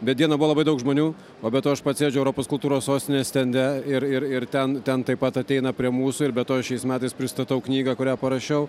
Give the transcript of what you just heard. bet dieną buvo labai daug žmonių o be to aš pats sėdžiu europos kultūros sostinės stende ir ir ir ten ten taip pat ateina prie mūsų ir be to šiais metais pristatau knygą kurią parašiau